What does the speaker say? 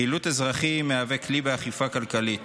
חילוט אזרחי הוא כלי באכיפה כלכלית